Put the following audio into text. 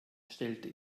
stellte